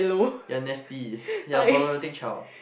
ya nasty ya problematic child